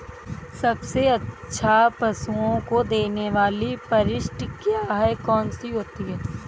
सबसे अच्छा पशुओं को देने वाली परिशिष्ट क्या है? कौन सी होती है?